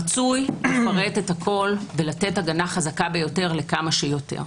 רצוי לפרט הכול ולתת הגנה חזקה ביותר לכמה שיותר,